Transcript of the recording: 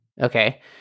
Okay